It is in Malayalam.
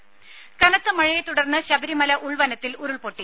രുമ കനത്ത മഴയെ തുടർന്ന് ശബരിമല ഉൾവനത്തിൽ ഉരുൾപൊട്ടി